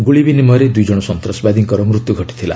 ଗୁଳି ବିନିମୟରେ ଦୁଇ ଜଣ ସନ୍ତାସବାଦୀଙ୍କର ମୃତ୍ୟୁ ଘଟିଥିଲା